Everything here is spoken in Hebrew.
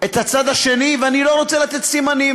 את הצד האחר, ואני לא רוצה לתת סימנים,